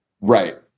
Right